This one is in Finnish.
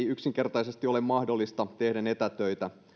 yksinkertaisesti ole mahdollista etätöitä tehtäessä